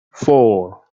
four